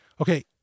okay